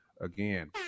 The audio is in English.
again